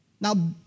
Now